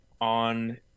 on